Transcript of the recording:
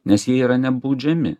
nes jie yra nebaudžiami